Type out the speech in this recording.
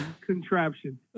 Contraption